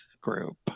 group